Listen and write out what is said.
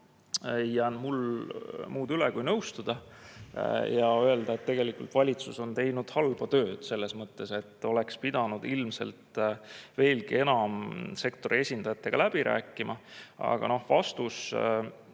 ei jää mul muud üle kui nõustuda ja öelda, et tegelikult on valitsus teinud halba tööd selles mõttes, et oleks pidanud ilmselt veelgi enam sektori esindajatega läbi rääkima. Aga vastus